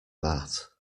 that